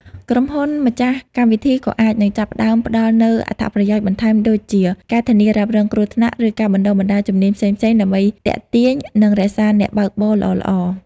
ក្រុមហ៊ុនម្ចាស់កម្មវិធីក៏អាចនឹងចាប់ផ្តើមផ្តល់នូវអត្ថប្រយោជន៍បន្ថែមដូចជា ការធានារ៉ាប់រងគ្រោះថ្នាក់ ឬការបណ្តុះបណ្តាលជំនាញផ្សេងៗ ដើម្បីទាក់ទាញ និងរក្សាអ្នកបើកបរល្អៗ។